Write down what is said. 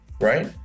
right